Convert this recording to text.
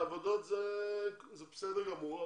עבודות זה בסדר גמור,